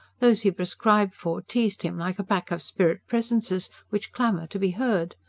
those he prescribed for teased him like a pack of spirit-presences, which clamour to be heard.